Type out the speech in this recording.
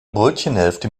brötchenhälfte